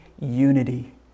unity